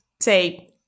say